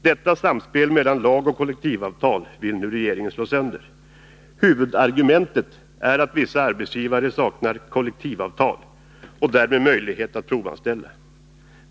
Detta samspel mellan lag och kollektivavtal vill nu regeringen slå sönder. Huvudargumentet är att vissa arbetsgivare saknar kollektivavtal och därmed möjlighet att provanställa.